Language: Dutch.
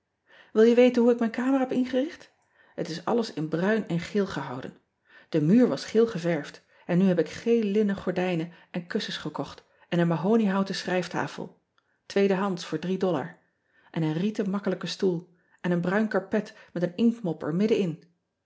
il je weten hoe ik mijn kamer heb ingericht et is alles in bruin en geel gehouden e muur was geel geverfd en nu heb ik geel linnen gordijnen en kussens ean ebster adertje angbeen gekocht en een mahoniehouten schrijftafel en een rieten makkelijken stoel en een bruin karpet met een inktmop er midden